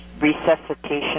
resuscitation